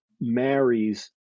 marries